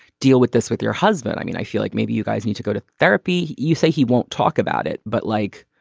deal with this with your husband. i mean, i feel like maybe you guys need to go to therapy. you say he won't talk about it, but like,